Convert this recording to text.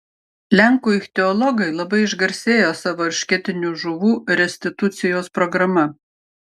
lenkų ichtiologai labai išgarsėjo savo eršketinių žuvų restitucijos programa